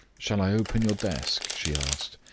shall i open your desk? she asked,